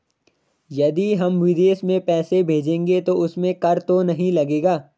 यदि हम विदेश में पैसे भेजेंगे तो उसमें कर तो नहीं लगेगा?